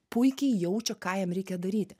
puikiai jaučia ką jam reikia daryti